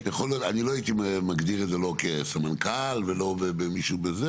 אני לא הייתי מגדיר את זה לא כסמנכ"ל ולא מישהו בזה,